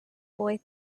boy